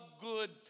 good